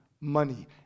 money